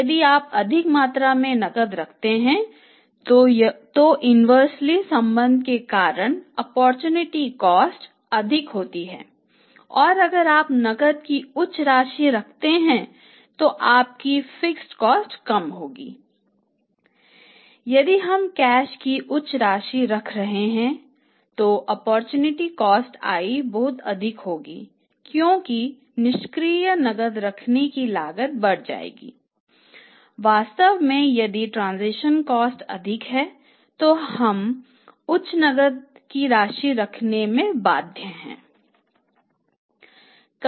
यदि हम कैश की उच्च राशि रख रहे हैं तो ओप्पोरचुनिटी कॉस्ट अधिक है तो आप उच्च नकद का राशि रखने के लिए बाध्य हैं